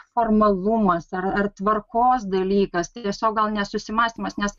formalumas ar ar tvarkos dalykas tai tiesiog nesusimąstymas nes